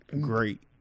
great